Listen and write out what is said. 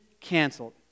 canceled